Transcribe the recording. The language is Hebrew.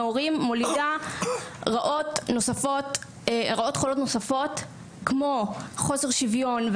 הורים מולידה רעות חולות נוספות כמו חוסר שוויון,